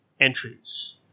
entries